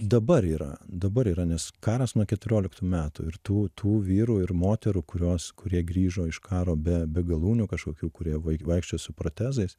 dabar yra dabar yra nes karas nuo keturioliktų metų ir tų tų vyrų ir moterų kurios kurie grįžo iš karo be be galūnių kažkokių kurie vaikščios su protezais